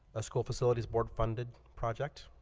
ah school facilities board funded project